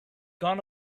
gone